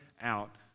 out